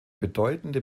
bedeutende